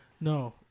No